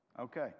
Okay